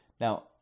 Now